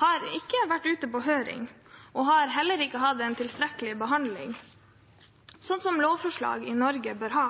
har ikke vært ute på høring og har heller ikke hatt en tilstrekkelig behandling, slik lovforslag i Norge bør ha.